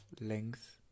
length